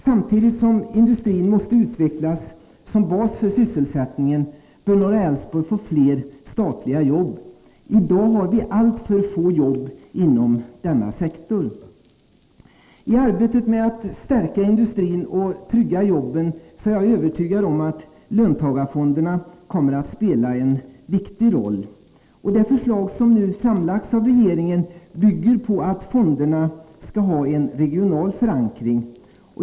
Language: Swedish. Samtidigt som industrin måste utvecklas som bas för sysselsättningen bör norra Älvsborg få flera statliga jobb. I dag har vi alltför få jobb inom denna sektor. I arbetet med att stärka industrin och trygga jobben är jag övertygad om att löntagarfonderna kommer att spela en viktig roll. Det förslag som nu framlagts av regeringen bygger på att fonderna skall ha en regional förankring.